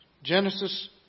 Genesis